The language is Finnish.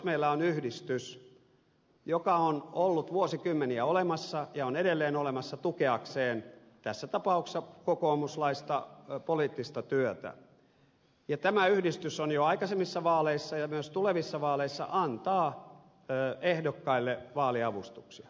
meillä on yhdistys joka on ollut vuosikymmeniä olemassa ja on edelleen tukeakseen tässä tapauksessa kokoomuslaista poliittista työtä ja tämä yhdistys on jo aikaisemmissa vaaleissa antanut ja myös tulevissa vaaleissa antaa ehdokkaille vaaliavustuksia